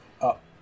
Up